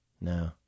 No